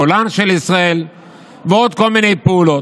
גולן של ישראל ועוד כל מיני פעולות.